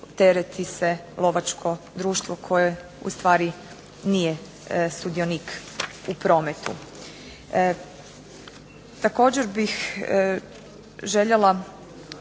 tereti se lovačko društvo koje ustvari nije sudionik u prometu. Također bih željela